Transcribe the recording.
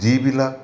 যিবিলাক